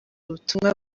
ubutumwa